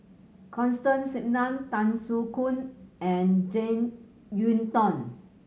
Constance Singam Tan Soo Khoon and Jek Yeun Thong